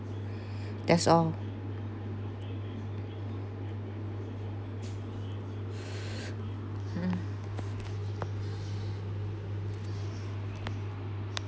that's all